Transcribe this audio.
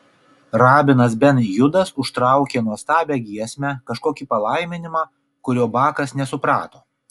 rabinas ben judas užtraukė nuostabią giesmę kažkokį palaiminimą kurio bakas nesuprato